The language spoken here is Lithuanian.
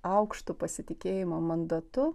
aukštu pasitikėjimo mandatu